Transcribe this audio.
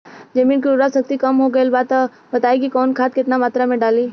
जमीन के उर्वारा शक्ति कम हो गेल बा तऽ बताईं कि कवन खाद केतना मत्रा में डालि?